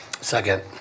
Second